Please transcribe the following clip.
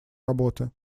работы